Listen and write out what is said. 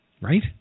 Right